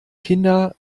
kinder